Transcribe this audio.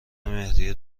مهریه